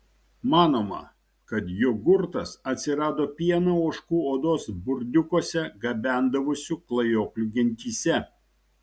manoma kad jogurtas atsirado pieną ožkų odos burdiukuose gabendavusių klajoklių gentyse